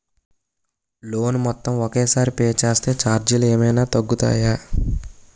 Loan మొత్తం ఒకే సారి పే చేస్తే ఛార్జీలు ఏమైనా తగ్గుతాయా?